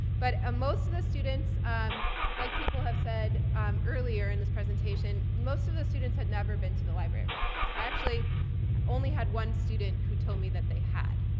but ah most of the students like people have said um earlier in this presentation, most of the students had never been to the library of congress. i actually only had one student who told me that they had.